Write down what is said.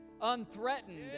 unthreatened